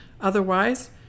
Otherwise